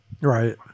right